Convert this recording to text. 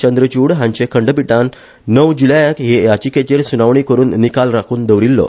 चंद्रचुड हांचे खंडपिठान णव जुलयाक हे याचिकेचेर सुनावणी करुन निकाल राखुन दवरिल्लो